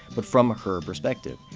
but from her perspective.